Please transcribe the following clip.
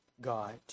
God